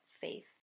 faith